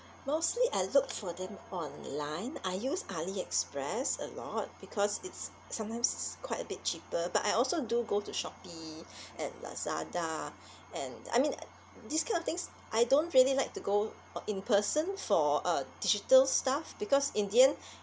mostly I look for them online I use aliexpress a lot because it's sometimes it's quite a bit cheaper but I also do go to shopee and lazada and I mean this kind of things I don't really like to go uh in person for uh digital stuff because in the end